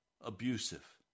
abusive